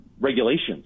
regulations